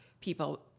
people